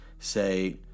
say